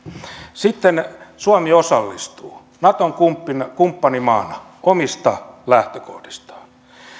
sitten suomi osallistuu naton kumppanimaana omista lähtökohdistaan